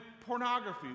pornography